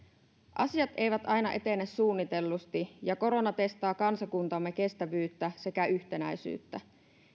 asiat eivät aina etene suunnitellusti ja korona testaa kansakuntamme kestävyyttä sekä yhtenäisyyttä